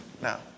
Now